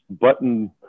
button